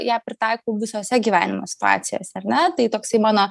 ją pritaikau visose gyvenimo situacijose ar ne tai toksai mano